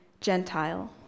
Gentile